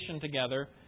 together